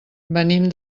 venim